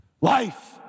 Life